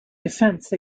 defense